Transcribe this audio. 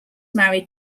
married